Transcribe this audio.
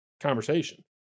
conversation